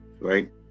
right